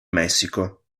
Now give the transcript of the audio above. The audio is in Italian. messico